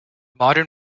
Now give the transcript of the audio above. modern